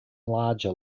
larger